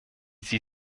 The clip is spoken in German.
sie